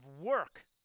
work